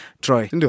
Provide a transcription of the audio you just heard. Troy